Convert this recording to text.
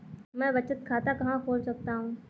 मैं बचत खाता कहाँ खोल सकता हूँ?